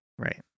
Right